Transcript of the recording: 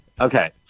Okay